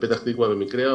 בפתח תקווה במקרה,